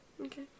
Okay